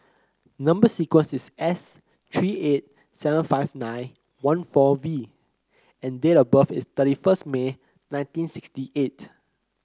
number sequence is S three eight seven five nine one four V and date of birth is thirty first May nineteen sixty eight